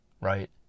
right